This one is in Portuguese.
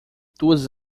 duas